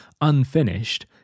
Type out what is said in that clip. unfinished